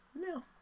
No